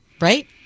Right